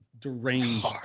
deranged